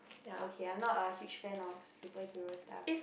okay I'm not a huge fan of superhero stuff